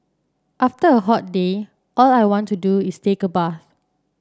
after a hot day all I want to do is take a bath